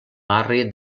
barri